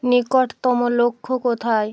নিকটতম লক্ষ্য কোথায়